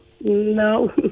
No